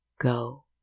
go